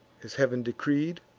as heav'n decreed,